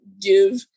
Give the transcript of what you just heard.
give